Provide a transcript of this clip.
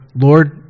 Lord